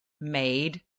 made